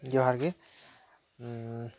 ᱡᱚᱦᱟᱨ ᱜᱮ ᱦᱮᱸ